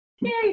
Yay